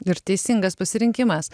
ir teisingas pasirinkimas